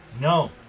No